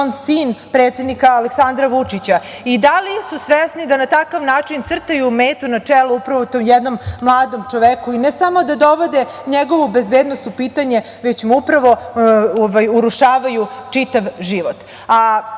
on sin predsednika Aleksandra Vučića i da li su svesni da na takav način crtaju metu na čelu upravo tom mladom čoveku i ne samo da dovode njegovu bezbednost u pitanje, već mu upravo urušavaju čitav život? Da